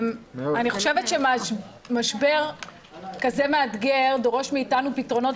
אני חושבת שמשבר כזה מאתגר דורש מאתנו פתרונות